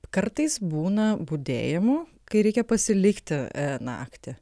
kartais būna budėjimų kai reikia pasilikti naktį